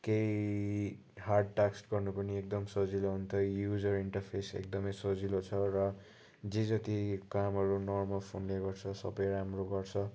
केही hard task गर्नु पनि एकदम सजिलो अन्त युजर इन्टरफेस एकदमै सजिलो छ र जे जति कामहरू नर्मल फोनले गर्छ सबै राम्रो गर्छ